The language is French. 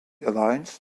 alliance